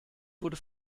wurde